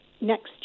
next